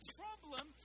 problem